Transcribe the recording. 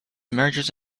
mergers